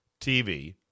TV